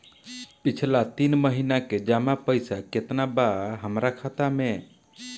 पिछला तीन महीना के जमा पैसा केतना बा हमरा खाता मे?